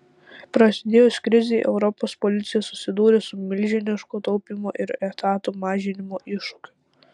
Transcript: prasidėjus krizei europos policija susidūrė su milžiniško taupymo ir etatų mažinimo iššūkiu